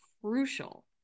crucial